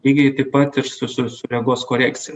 lygiai taip pat ir su su regos korekcija